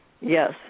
Yes